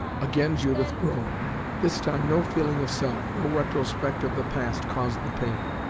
again judith groaned this time no feeling of self, no retrospect of the past caused the pain.